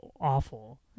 awful